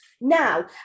Now